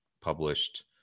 published